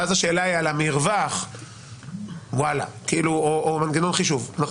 ואז השאלה היא על המרווח או מנגנון חישוב אבל